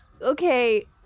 Okay